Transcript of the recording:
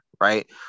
right